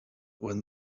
when